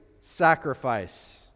sacrifice